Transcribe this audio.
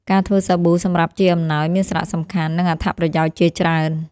ការធ្វើសាប៊ូសម្រាប់ជាអំណោយ មានសារៈសំខាន់ និងអត្ថប្រយោជន៍ជាច្រើន។